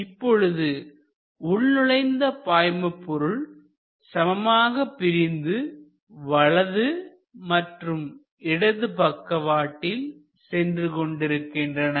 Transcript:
இப்பொழுது உள் நுழைகின்ற பாய்மபொருள் சமமாக பிரிந்து வலது மற்றும் இடது பக்கவாட்டில் சென்று கொண்டிருக்கின்றன